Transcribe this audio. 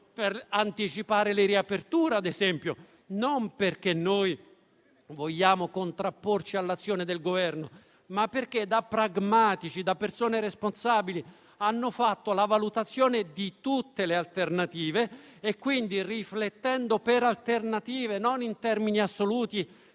per anticipare le riaperture; non perché vogliamo contrapporci all'azione del Governo, ma perché da pragmatici e da persone responsabili abbiamo fatto la valutazione di tutte le alternative. Quindi, riflettendo per alternative e non in termini assoluti